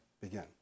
begin